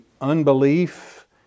unbelief